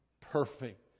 perfect